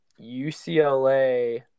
UCLA